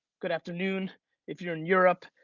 good afternoon if you're in europe,